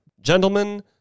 Gentlemen